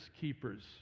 keepers